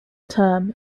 term